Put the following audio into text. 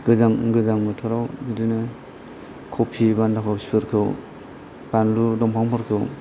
गोजां गोजां बोथोराव बिदिनो खफि बान्दा खफिफोरखौ बानलु दंफांफोरखौ